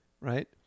right